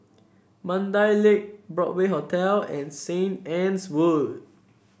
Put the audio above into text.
Mandai Lake Broadway Hotel and Saint Anne's Wood